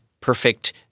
perfect